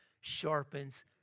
sharpens